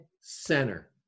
center